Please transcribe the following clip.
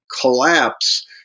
collapse